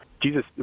Jesus